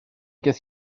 qu’est